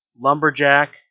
lumberjack